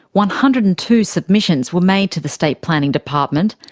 one hundred and two submissions were made to the state planning department,